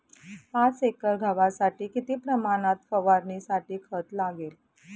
पाच एकर गव्हासाठी किती प्रमाणात फवारणीसाठी खत लागेल?